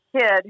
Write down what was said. kid